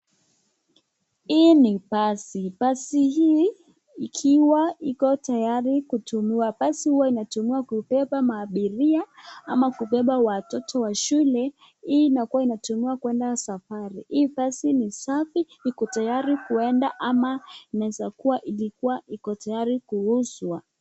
Hii ni basi basi hii ikiwa Iko tayari kutumiwa, basi Huwa inatumiwa kubeba maabiria, ama kubeba watoto wa shule, hii inakuwa inatumiwa kwenda safari. Hii basi ni safi, Iko tayari kwenda ama inaweza kuwa ilikuwa Iko tayari kuoshwa.